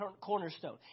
cornerstone